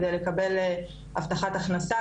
כדי לקבל הבטחת הכנסה,